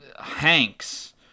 Hanks